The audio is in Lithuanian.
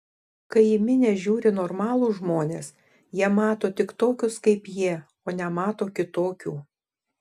kai į minią žiūri normalūs žmonės jie mato tik tokius kaip jie o nemato kitokių